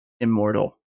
immortal